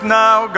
now